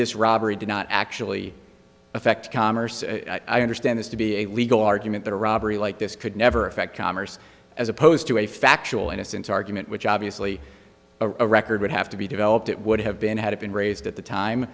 this robbery did not actually affect commerce and i understand this to be a legal argument that a robbery like this could never affect commerce as opposed to a factual innocence argument which obviously a record would have to be developed it would have been had it been raised at the time